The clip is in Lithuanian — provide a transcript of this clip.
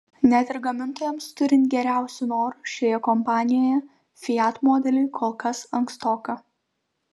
net ir gamintojams turint geriausių norų šioje kompanijoje fiat modeliui kol kas ankstoka